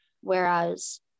Whereas